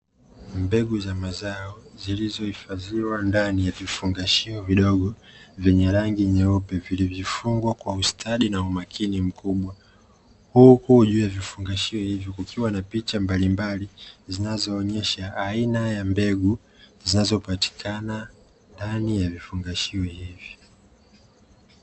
Mbegu za mazao zilizohifadhiwa ndani ya vifungashio vidogo vyenye rangi nyeupe vilivyofungwa kwa ustadi na umakini mkubwa, huku juu ya vifungashio hivyo kukiwa na picha mbalimbali zinazoonyesha aina ya mbegu zinazopatikana ndani ya vifungashio hivyo.